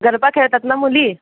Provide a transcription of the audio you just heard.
गरबा खेळतात ना मुली